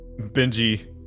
Benji